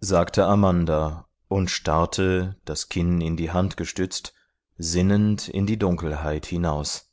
sagte amanda und starrte das kinn in die hand gestützt sinnend in die dunkelheit hinaus